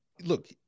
Look